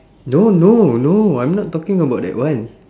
no no no I'm not talking about that one